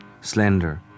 slender